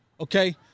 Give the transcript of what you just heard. Okay